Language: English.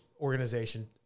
organization